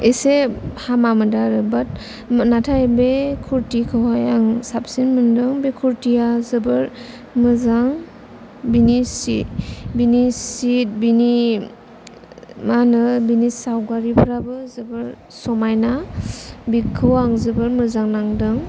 एसे हामा मोनदों आरो बाट नाथाय बे कुर्टिखौहाय आं साबसिन मोनदों बे कुर्टिया जोबोर मोजां बेनि सि बेनि मा होनो बेनि सावगारिफोराबो जोबोर समायना बेखौ आं जोबोर मोजां नांदों